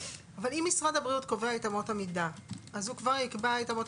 אבל אם משרד הבריאות קובע את אמות המידה אז הוא כבר יקבע את אמות